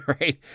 Right